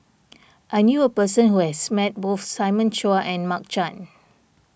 I knew a person who has met both Simon Chua and Mark Chan